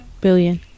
billion